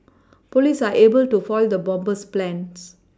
police are able to foil the bomber's plans